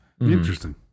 Interesting